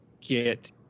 get